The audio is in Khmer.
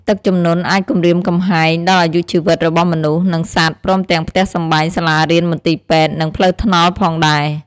ទឹកជំនន់អាចគំរាមគំហែងដល់អាយុជីវិតរបស់មនុស្ស និងសត្វ ព្រមទាំងផ្ទះសម្បែង សាលារៀន មន្ទីរពេទ្យ និងផ្លូវថ្នល់ផងដែរ។